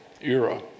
era